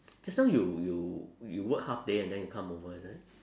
just now you you you work half day and then you come over is it